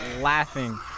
laughing